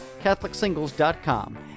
CatholicSingles.com